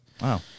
wow